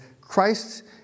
Christ